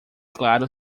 claro